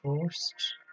first